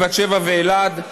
בת-שבע ואלעד.